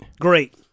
Great